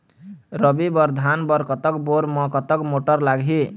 रबी बर धान बर कतक बोर म कतक मोटर लागिही?